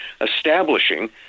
establishing